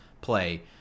play